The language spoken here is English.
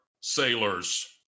sailors